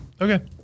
okay